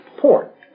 port